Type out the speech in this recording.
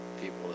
people